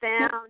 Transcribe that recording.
found